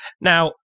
Now